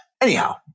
anyhow